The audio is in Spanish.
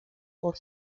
por